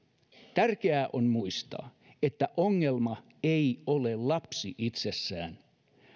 tärkeää on muistaa että ongelma ei ole lapsi itsessään